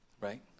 right